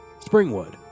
Springwood